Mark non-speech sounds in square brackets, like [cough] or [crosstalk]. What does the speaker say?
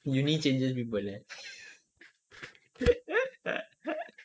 uni changes people eh [laughs]